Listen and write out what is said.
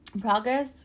progress